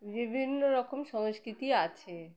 বিভিন্ন রকম সংস্কৃতি আছে